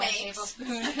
tablespoon